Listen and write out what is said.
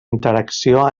interacció